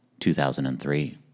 2003